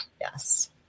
Yes